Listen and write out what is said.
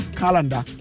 calendar